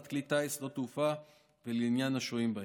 כלי טיס ושדות תעופה ולעניין השוהים בהם.